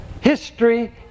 History